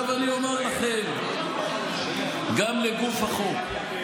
עכשיו אני אומר לכם גם לגוף החוק.